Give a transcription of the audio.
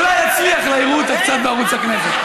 אולי יצליח לה, יראו אותה קצת בערוץ הכנסת.